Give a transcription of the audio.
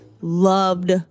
loved